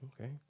Okay